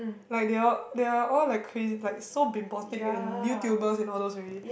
like they all they're all like crazy like so bimbotic and YouTubers and all those already